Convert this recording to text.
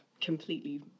completely